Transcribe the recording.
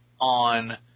on